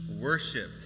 worshipped